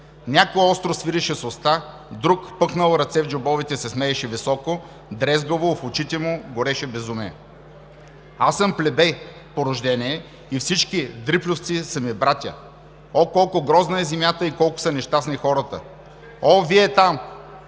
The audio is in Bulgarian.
Някой остро свиреше с уста, друг, пъхнал ръце в джобовете, се смееше високо, дрезгаво, а в очите му гореше безумие. – Аз съм плебей по рождение и всички дрипльовци ми са братя. О, колко грозна е земята и колко са нещастни хората! О, вие там